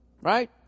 right